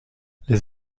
les